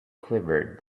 quivered